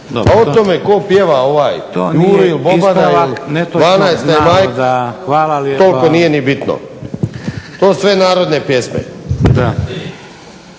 A o tome tko pjeva Juru Bobana toliko nije ni bitno. To su sve narodne pjesme.